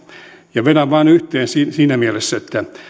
vedän vain yhteen siinä siinä mielessä että